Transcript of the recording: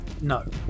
No